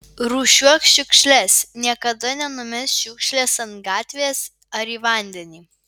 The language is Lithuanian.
rūšiuok šiukšles niekada nenumesk šiukšlės ant gatvės ar į vandenį